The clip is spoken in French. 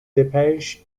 delpech